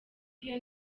iyo